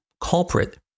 culprit